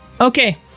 Okay